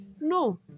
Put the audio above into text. no